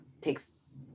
takes